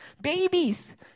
Babies